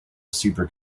super